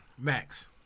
Max